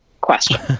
question